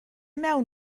mewn